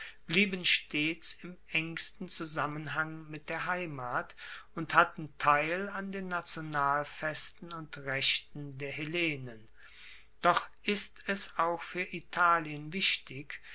blieben stets im engsten zusammenhang mit der heimat und hatten teil an den nationalfesten und rechten der hellenen doch ist es auch fuer italien wichtig